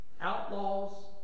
outlaws